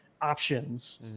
options